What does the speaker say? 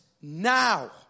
now